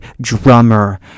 drummer